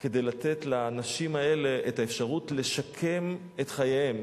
כדי לתת לנשים האלה את האפשרות לשקם את חייהן,